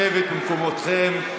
לשבת במקומותיכם.